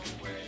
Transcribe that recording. away